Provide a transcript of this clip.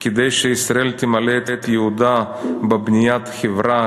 כדי שישראל תמלא את ייעודה בבניית חברה,